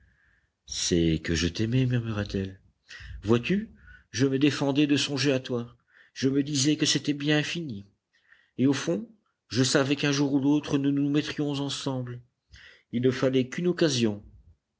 c'est que je t'aimais murmura-t-elle vois-tu je me défendais de songer à toi je me disais que c'était bien fini et au fond je savais qu'un jour ou l'autre nous nous mettrions ensemble il ne fallait qu'une occasion